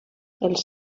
els